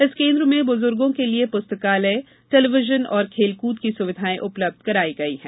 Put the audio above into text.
इस केन्द्र में बुजुर्गो के लिए पुस्तकालय टेलीविजन और खेलकूद की सुविधाएं उपलब्ध कराई गई है